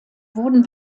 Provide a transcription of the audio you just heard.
wurden